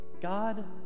God